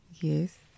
yes